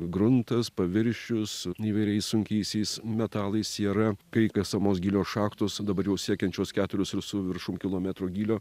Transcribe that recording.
gruntas paviršius įvairiais sunkiaisiais metalais siera kai kasamos gilios šachtos dabar jau siekiančios keturis ir su viršum kilometro gylio